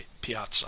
piazza